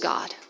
God